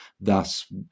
thus